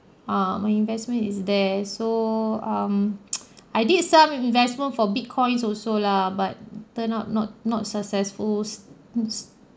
ah my investment is there so um I did some investment for bitcoins also lah but turned out not not successful s~ mm s~